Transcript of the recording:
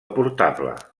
portable